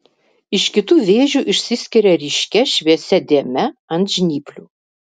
iš kitų vėžių išsiskiria ryškia šviesia dėme ant žnyplių